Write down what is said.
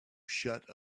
shut